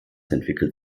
entwickelt